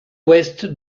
ouest